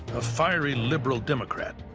a fiery liberal democrat.